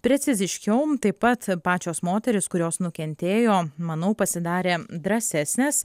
preciziškiau taip pat pačios moterys kurios nukentėjo manau pasidarė drąsesnės